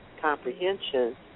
comprehension